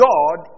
God